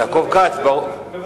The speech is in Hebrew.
יעקב כץ נמצא.